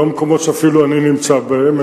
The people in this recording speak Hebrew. אבל לא מקומות שאפילו אני נמצא בהם,